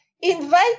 Invite